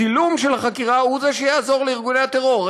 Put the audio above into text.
הצילום של החקירה הוא זה שיעזור לארגוני הטרור.